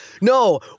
no